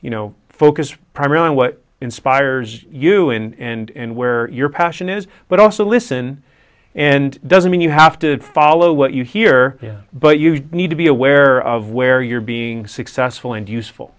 you know focus primarily on what inspires you and where your passion is but also listen and doesn't mean you have to follow what you hear yeah but you need to be aware of where you're being successful and useful